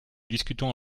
discutons